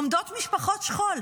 עומדות משפחות שכול,